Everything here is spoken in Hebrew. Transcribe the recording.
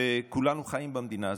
וכולנו חיים במדינה הזאת,